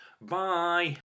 Bye